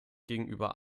gegenüber